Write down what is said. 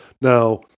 now